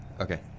Okay